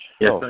Yes